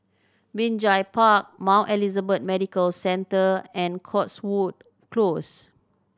Binjai Park Mount Elizabeth Medical Centre and Cotswold Close